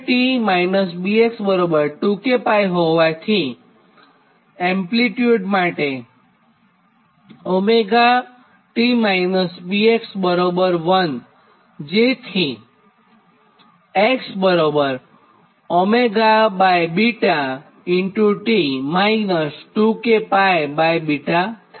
𝜔t 𝛽x 2 k𝜋 હોવાથી peak amplitude માટે 𝜔t 𝛽x 1 જેથી આ સમીકરણ - 4 છે